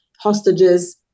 hostages